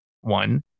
one